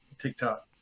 TikTok